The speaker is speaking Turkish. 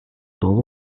dolu